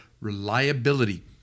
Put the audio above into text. Reliability